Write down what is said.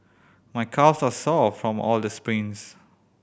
my calves are sore from all the sprints